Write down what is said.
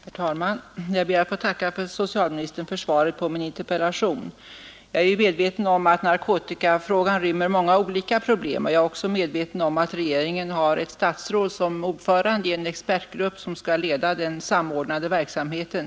Herr talman! Jag ber att få tacka socialministern för svaret på min interpellation. Jag är medveten om att narkotikafrågan rymmer många olika problem, och jag är också medveten om att regeringen har ett statsråd som ordförande i en expertgrupp som skall leda den samordnade verksamheten.